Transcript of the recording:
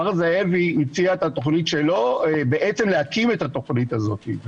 מר זאבי הציע בעצם להקים את התוכנית הזאת שלו,